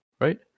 right